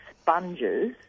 sponges